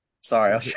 Sorry